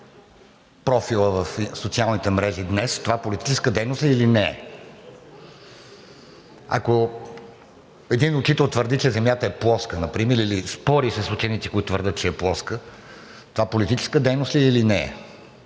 профила в социалните мрежи днес, това политика ли е, или не е? Ако един учител твърди, че земята е плоска например или спори с ученици, които твърдят, че е плоска, това политическа дейност ли е, или не е?